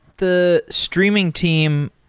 the streaming team,